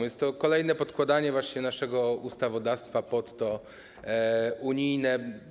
Jest to kolejne podkładanie właśnie naszego ustawodawstwa pod to unijne.